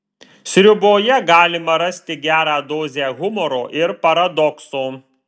sriuboje galima rasti gerą dozę humoro ir paradokso